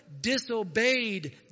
disobeyed